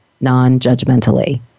non-judgmentally